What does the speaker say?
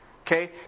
Okay